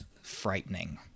frightening